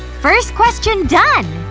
first question done!